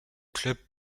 club